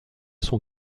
son